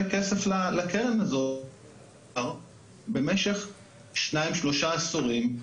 כסף לקרן הזו במשך שניים-שלושה עשורים.